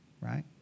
right